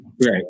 Right